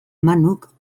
manuk